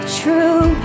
true